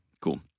cool